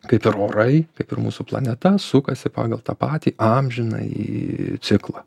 kaip ir orai taip ir mūsų planeta sukasi pagal tą patį amžinąjį ciklą